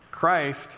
Christ